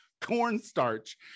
cornstarch